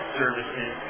services